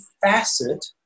facet